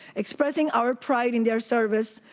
expressing our pride in their service.